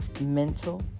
mental